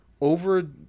over